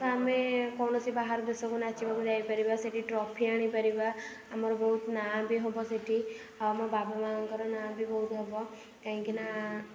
ତ ଆମେ କୌଣସି ବାହାର ଦେଶକୁ ନାଚିବାକୁ ଯାଇପାରିବା ସେଇଠି ଟ୍ରଫି ଆଣି ପାରିବା ଆମର ବହୁତ ନାଁ ବି ହେବ ସେଇଠି ଆଉ ଆମ ବାପ ମାଙ୍କର ନାଁ ବି ବହୁତ ହେବ କାହିଁକି ନା